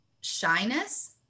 shyness